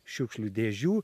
šiukšlių dėžių